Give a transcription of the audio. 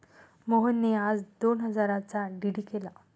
मोहनने आज दोन हजारांचा डी.डी केला